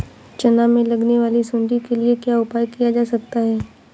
चना में लगने वाली सुंडी के लिए क्या उपाय किया जा सकता है?